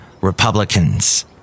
Republicans